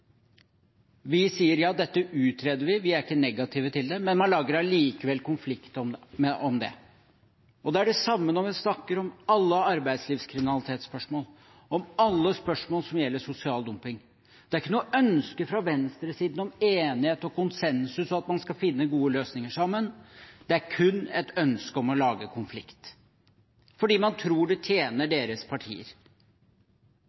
Vi sier: Ja, dette utreder vi. Vi er ikke negative til det. Men man lager likevel en konflikt om det. Det er det samme når vi snakker om alle arbeidslivskriminalitetsspørsmål og alle spørsmål som gjelder sosial dumping. Det er ikke noe ønske fra venstresiden om enighet og konsensus, og om at man skal finne gode løsninger sammen. Det er kun et ønske om å lage konflikt, fordi de tror det tjener